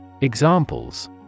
Examples